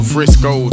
Frisco